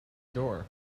door